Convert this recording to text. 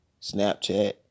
Snapchat